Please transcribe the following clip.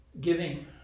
giving